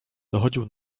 dochodził